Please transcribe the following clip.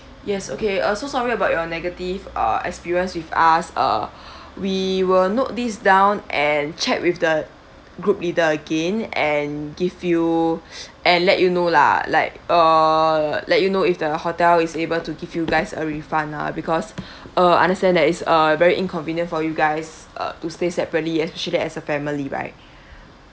yes okay uh so sorry about your negative uh experience with us uh we will note this down and check with the group leader again and give you and let you know lah like err let you know if the hotel is able to give you guys a refund ah because uh understand that it's uh very inconvenient for you guys uh to stay separately especially as a family right